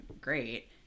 great